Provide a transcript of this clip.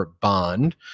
bond